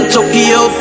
Tokyo